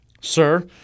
Sir